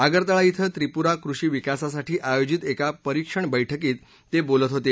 आगरताला कें त्रिपूरा कृषी विकासासाठी आयोजित एका परीक्षण बैठकीत ते बोलत होते